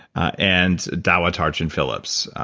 and dawa tarchin phillips,